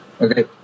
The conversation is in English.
okay